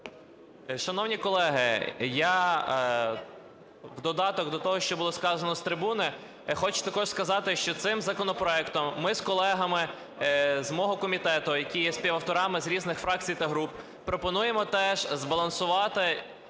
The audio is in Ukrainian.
Шановні колеги, я в додаток до того, що було сказано з трибуни, хочу також сказати, що цим законопроектом ми з колегами з мого комітету, які є співавторами з різних фракцій та груп, пропонуємо теж збалансувати